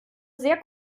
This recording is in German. sehr